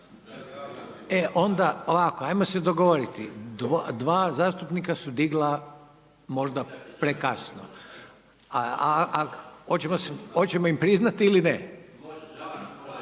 e onda ovako, hajmo se dogovoriti. Dva zastupnika su digla možda prekasno, a hoćemo im priznati ili ne? … /Upadica iz